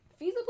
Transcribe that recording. feasibly